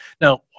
Now